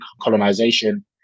colonization